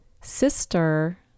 sister